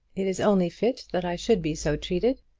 it is only fit that i should be so treated.